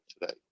today